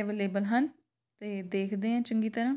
available ਹਨ ਅਤੇ ਦੇਖਦੇ ਹੈ ਚੰਗੀ ਤਰ੍ਹਾਂ